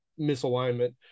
misalignment